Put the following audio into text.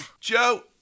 joe